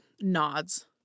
nods